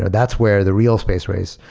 that's where the real space race,